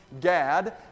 Gad